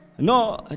No